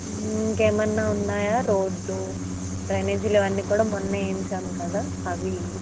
ఇంకేమైనా ఉన్నాయా రోడ్లు డ్రైనేజీలు అన్నీ కూడా మొన్ననే వేయించాము కదా అవి